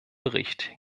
bericht